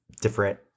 different